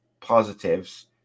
positives